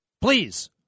Please